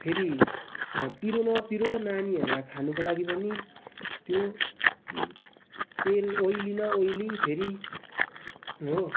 फेरि पिरो न पिरो नानीहरूलाई खानुको लागि पनि त्यो तेल ओयली न ओयली फेरि हो